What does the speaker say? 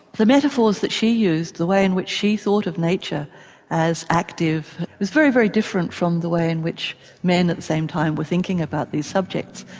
the metaphors that she used, the way in which she thought of nature as active was very, very different from the way in which men at the same time were thinking about these subjects.